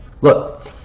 Look